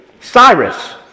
Cyrus